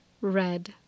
red